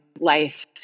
life